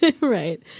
right